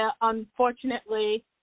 Unfortunately